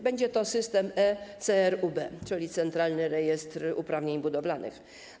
Będzie to system e-CRUB, czyli centralny rejestr uprawnień budowlanych.